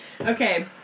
Okay